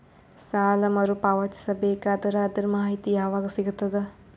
ಸಾಲ ಮರು ಪಾವತಿಸಬೇಕಾದರ ಅದರ್ ಮಾಹಿತಿ ಯವಾಗ ಸಿಗತದ?